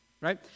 right